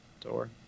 door